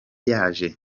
yaje